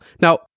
Now